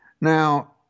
Now